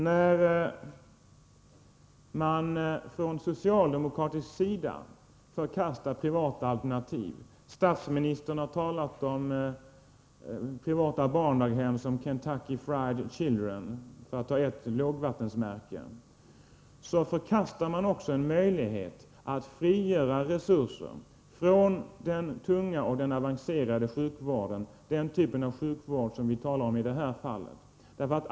När man från socialdemokratisk sida förkastar privata alternativ — statsministern har talat om privata barndaghem som Kentucky Fried Children, för att ta upp ett lågvattenmärke — förkastar man också en möjlighet att frigöra resurser från den tunga och avancerade sjukvården, den typ av sjukvård vi talar om i det här fallet.